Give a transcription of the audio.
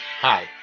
Hi